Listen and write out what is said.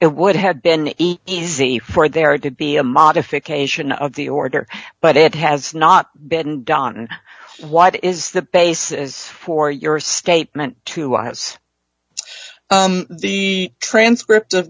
it would have been easy for there to be a modification of the order but it has not been done why is the base as for your statement to us the transcript of